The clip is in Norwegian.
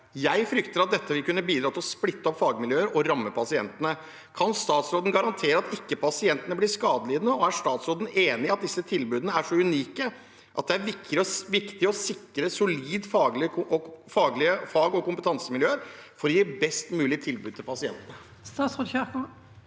Jeg frykter at dette vil kunne bidra til å splitte opp fagmiljøer og ramme pasientene. Kan statsråden garantere at pasientene ikke blir skadelidende, og er statsråden enig i at disse tilbudene er så unike at det er viktig å sikre solide fag- og kompetansemiljøer for å gi best mulig tilbud til pasientene?